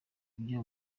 ibyo